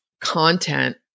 content